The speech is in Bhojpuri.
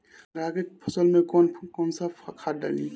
अरहा के फसल में कौन कौनसा खाद डाली?